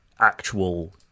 actual